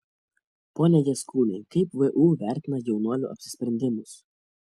pone jaskūnai kaip vu vertina jaunuolių apsisprendimus